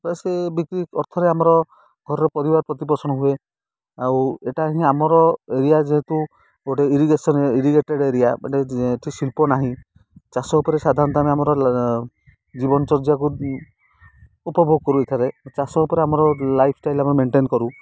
ତ ସେ ବିକ୍ରି ଅର୍ଥରେ ଆମର ଘରର ପରିବାର ପ୍ରତିପୋଷଣ ହୁଏ ଆଉ ଏଇଟା ହିଁ ଆମର ଏରିଆ ଯେହେତୁ ଗୋଟେ ଇରିଗେଶନ୍ ଇରିଗେଟେଡ଼ ଏରିଆ ମାନେ ଏଇଠି ଶିଳ୍ପ ନାହିଁ ଚାଷ ଉପରେ ସାଧାରଣତଃ ଆମେ ଆମର ଜୀବନ ଚର୍ଯ୍ୟାକୁ ଉପଭୋଗ କରୁ ଏଠାରେ ଚାଷ ଉପରେ ଆମର ଲାଇଫ ଷ୍ଟାଇଲ ଆମେ ମେଣ୍ଟେନ କରୁ